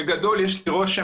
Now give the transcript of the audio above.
בגדול יש לי רושם,